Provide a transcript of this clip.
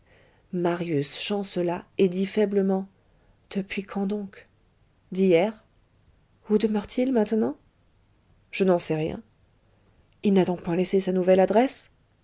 marius chancela et dit faiblement depuis quand donc d'hier où demeure-t-il maintenant je n'en sais rien il n'a donc point laissé sa nouvelle adresse